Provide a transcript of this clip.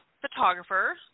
photographer